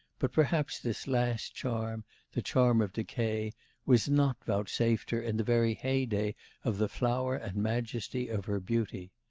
but perhaps this last charm the charm of decay was not vouchsafed her in the very heyday of the flower and majesty of her beauty.